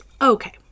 okay